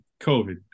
COVID